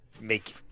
make